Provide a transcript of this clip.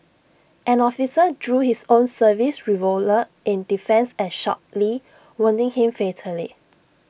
an officer drew his own service revolver in defence and shot lee wounding him fatally